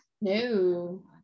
No